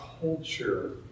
culture